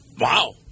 Wow